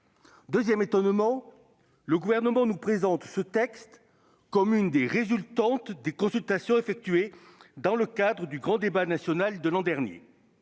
au fait que le Gouvernement nous présente ce texte comme une des résultantes des consultations effectuées dans le cadre du grand débat national de l'an dernier.